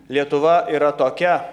lietuva yra tokia